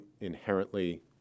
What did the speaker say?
inherently